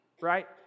right